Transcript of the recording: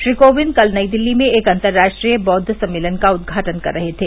श्री कोविंद कल नई दिल्ली में एक अन्तर्राष्ट्रीय बौद्व सर्मेलन का उद्घाटन कर रहे थे